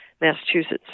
Massachusetts